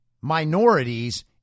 minorities